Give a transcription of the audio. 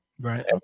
Right